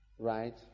right